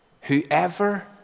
Whoever